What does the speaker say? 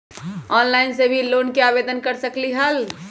Online से भी loan के आवेदन कर सकलीहल?